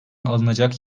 alınacak